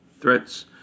threats